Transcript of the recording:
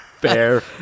Fair